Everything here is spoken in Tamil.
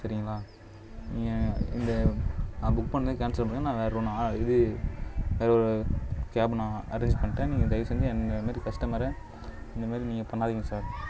சரிங்களா நீங்கள் இந்த நான் புக் பண்ணதை கேன்சல் பண்ணுங்க நான் வேறு ஒன்று இது வேறு ஒரு கேப் நான் அரேஞ்ச் பண்ணிட்டேன் நீங்கள் தயவுசெஞ்சு என்னை மாதிரி கஸ்டமரை இந்தமாரி நீங்கள் பண்ணாதீங்க சார்